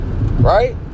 right